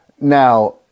now